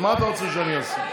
אז מה אתה רוצה שאני אעשה?